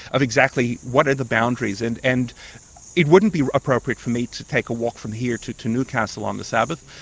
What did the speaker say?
of exactly what are the boundaries, and and it wouldn't be appropriate for me to take a walk from here to to newcastle on the sabbath,